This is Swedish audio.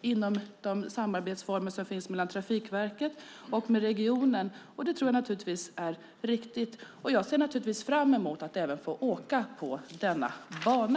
inom de samarbetsformer som finns mellan Trafikverket och regionen, och det tror jag är riktigt. Jag ser naturligtvis fram emot att även få åka på denna bana.